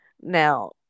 now